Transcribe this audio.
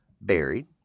buried